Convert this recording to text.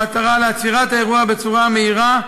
במטרה לעצור את האירוע בצורה המהירה,